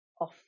off